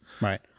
Right